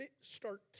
start